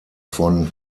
von